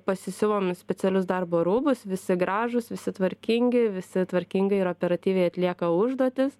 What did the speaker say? pasisiuvom specialius darbo rūbus visi gražūs visi tvarkingi visi tvarkingai ir operatyviai atlieka užduotis